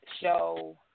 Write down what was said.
show